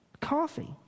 coffee